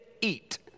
eat